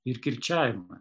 ir kirčiavimą